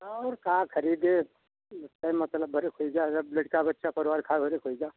और का खरीदे मतलब घरे के होइगा जब लड़का बच्चा परिवार खाय भरे के होगा